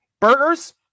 Burgers